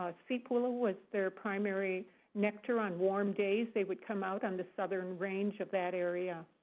ah seep willow was their primary nectar on warm days. they would come out on the southern range of that area.